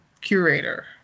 curator